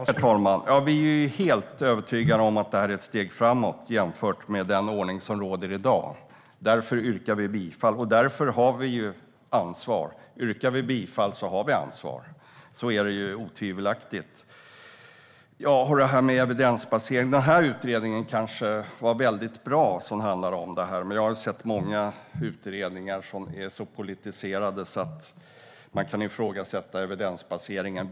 Herr talman! Vi är helt övertygade om att det är ett steg framåt jämfört med den ordning som råder i dag. Därför yrkar vi bifall. Det är därför vi har ansvar. Yrkar vi bifall har vi ansvar. Så är det otvivelaktigt. Det talas om evidensbasering. Utredningen som handlar om detta kanske var väldigt bra. Men jag har sett många utredningar som är så politiserade att man kan ifrågasätta evidensbaseringen.